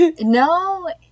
no